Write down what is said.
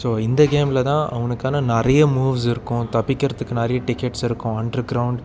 so இந்த கேமில் தான் அவனுக்கான நிறைய மூவ்ஸ் இருக்கும் தப்பிக்கிறதுக்கு நிறைய டிக்கெட்ஸ் இருக்கும் அண்டர் கிரௌண்ட்